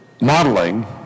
modeling